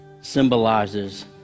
symbolizes